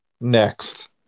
Next